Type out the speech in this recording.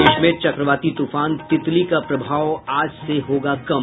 प्रदेश में चक्रवाती तूफान तितली का प्रभाव आज से होगा कम